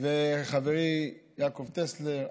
וחברי יעקב טסלר,